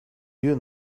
you